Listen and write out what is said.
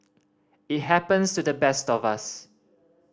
it happens to the best of us